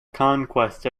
conquest